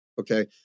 okay